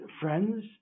friends